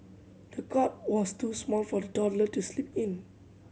the cot was too small for the toddler to sleep in